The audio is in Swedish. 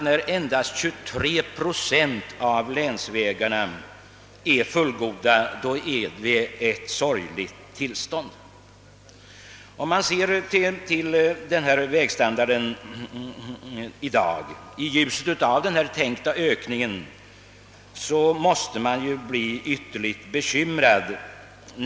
När endast 23 procent av länsvägarna är fullgoda är det ett sorgligt tillstånd som råder. Betraktar man vägstandarden i dag i ljuset av den tänkta ökningen måste man bli ytterligt bekymrad.